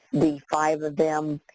the five of them.